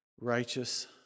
righteous